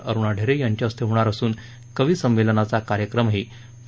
अरुणा ढेरे यांच्या हस्ते होणार असून कविसंमेलनचा कार्यक्रमही फ